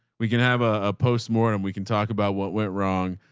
we can have a postmortem. we can talk about what went wrong.